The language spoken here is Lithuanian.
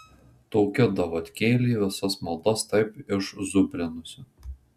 toki davatkėlė visas maldas taip išzubrinusi